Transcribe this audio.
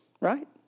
right